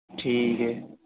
ठीक है